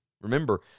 Remember